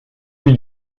eût